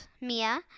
Mia